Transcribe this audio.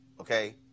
okay